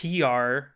pr